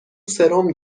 سرم